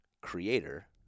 Creator